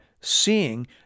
seeing